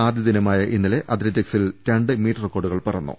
ആദ്യ ദിനമായ ഇന്നലെ അത്ലറ്റിക്സിൽ രണ്ട് മീറ്റ് റെക്കോർഡുകൾ പിറന്നു